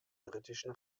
britischen